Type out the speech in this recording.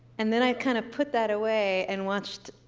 and then i kind of put that away and watched,